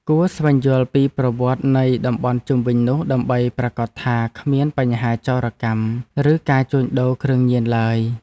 គួរស្វែងយល់ពីប្រវត្តិនៃតំបន់ជុំវិញនោះដើម្បីប្រាកដថាគ្មានបញ្ហាចោរកម្ម ឬការជួញដូរគ្រឿងញៀនឡើយ។